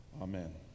Amen